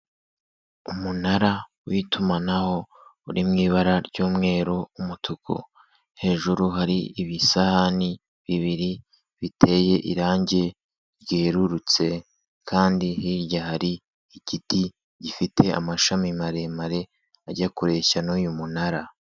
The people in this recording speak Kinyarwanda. Umunara w'itumanaho uri mu ibara ry'umweru, umutuku, hejuru hari ibisahani bibiri biteye irange ryererutse kandi hirya hari igiti gifite amashami maremare ajya kureshya n'uyu munara.